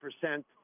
percent